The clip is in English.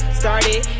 started